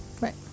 Right